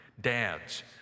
dads